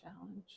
challenge